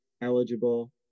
eligible